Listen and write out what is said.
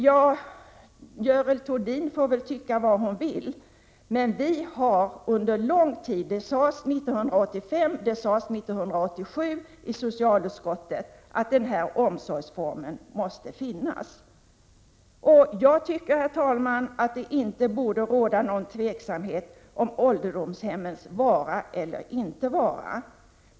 Ja, Görel Thurdin får tycka vad hon vill, men vi har sagt flera gånger — det sades 1985 och 1987 av socialutskottet — att den här omsorgsformen måste finnas kvar. Jag tycker att det inte borde råda någon tveksamhet om ålderdomshemmens vara eller inte vara.